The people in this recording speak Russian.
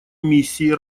миссии